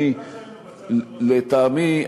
לטעמי,